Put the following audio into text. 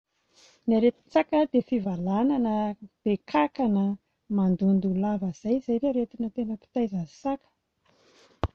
Ny aretin-tsaka dia fivalanana, be kankana, mandondoa lava izay, izay ny aretina tena mpitaiza ny saka.